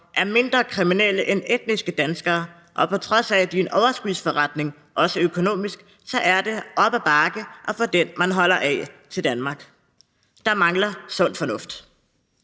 er mindre kriminelle end etniske danskere, og på trods af at de er en overskudsforretning, også økonomisk, så er det op ad bakke at få den, man holder af, til Danmark. Der mangler sund fornuft.